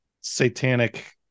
satanic